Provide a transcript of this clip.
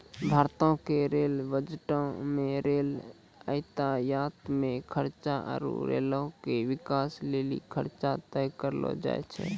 भारतो के रेल बजटो मे रेल यातायात मे खर्चा आरु रेलो के बिकास लेली खर्चा तय करलो जाय छै